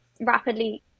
rapidly